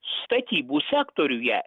statybų sektoriuje